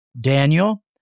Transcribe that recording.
Daniel